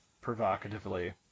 provocatively